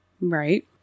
Right